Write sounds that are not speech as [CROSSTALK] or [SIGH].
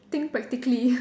think practically [LAUGHS]